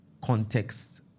context